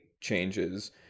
changes